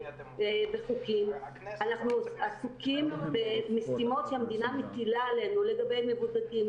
אנחנו עסוקים במשימות שהמדינה מטילה עלינו לגבי מבודדים,